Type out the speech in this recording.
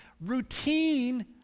routine